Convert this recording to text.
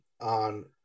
on